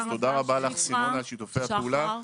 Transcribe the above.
תודה רבה לך סימונה על שיתופי הפעולה.